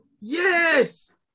Yes